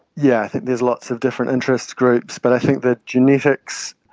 yeah think there's lots of different interest groups, but i think the genetics